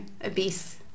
obese